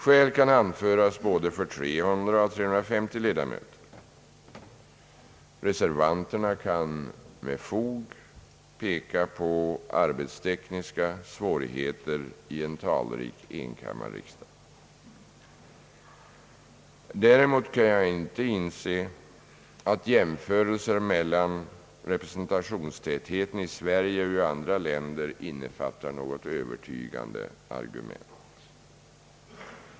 Skäl kan anföras både för 300 och för 350 ledamöter. Reservanterna kan med fog peka på arbetstekniska svårigheter i en talrik enkammarriksdag. Däremot kan jag inte inse att jämförelser mellan representationstätheten i Sverige och i andra länder innefattar något övertygande argument.